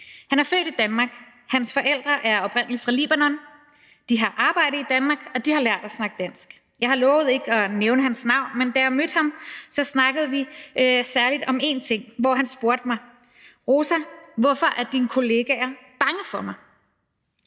Han er født i Danmark, hans forældre er oprindelig fra Libanon, de har arbejde i Danmark, og de har lært at snakke dansk. Jeg har lovet ikke at nævne hans navn, men da jeg mødte ham, snakkede vi særligt om en ting. Han spurgte mig: Rosa, hvorfor er dine kolleger bange for mig?